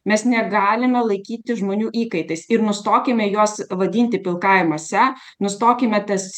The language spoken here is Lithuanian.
mes negalime laikyti žmonių įkaitais ir nustokime juos vadinti pilkąja mase nustokime tas